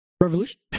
Revolution